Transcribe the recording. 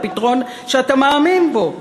הפתרון שאתה מאמין בו,